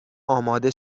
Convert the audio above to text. اماده